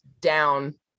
down